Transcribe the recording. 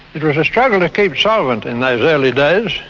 it was a struggle to keep solvent in those early days.